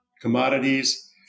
commodities